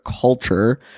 culture